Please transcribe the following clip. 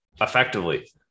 effectively